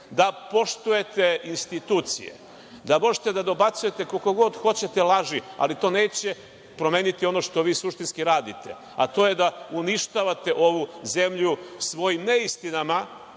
da poštujete institucije, da možete da dobacujete koliko god hoćete laži, ali to neće promeniti ono što vi suštinski radite, a to je da uništavate ovu zemlju svojim neistinama